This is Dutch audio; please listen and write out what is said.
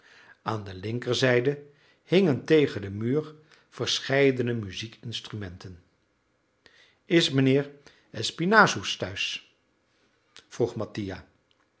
aan de linkerzijde hingen tegen den muur verscheidene muziekinstrumenten is mijnheer espinassous tehuis vroeg mattia